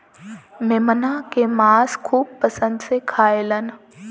मेमना के मांस खूब पसंद से खाएलन